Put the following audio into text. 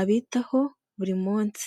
abitaho buri munsi.